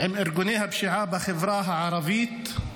עם ארגוני הפשיעה בחברה הערבית,